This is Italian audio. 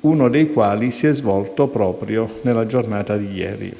uno dei quali si è svolto proprio nella giornata di ieri.